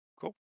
Cool